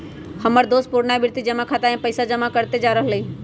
हमर दोस पुरनावृति जमा खता में पइसा जमा करइते जा रहल हइ